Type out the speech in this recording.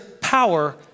power